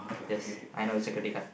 yes I know security guard